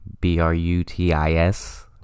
b-r-u-t-i-s